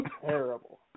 terrible